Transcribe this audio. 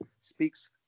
speaks